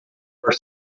were